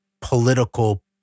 political